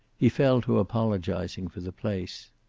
he fell to apologizing for the place.